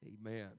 Amen